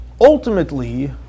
ultimately